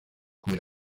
cui